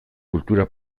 kultura